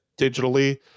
digitally